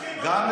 לפני האיתור.